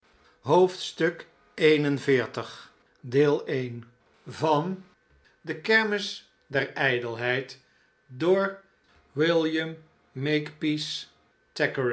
i oclocrooococoocococooclf de kermis der ijdelheid van william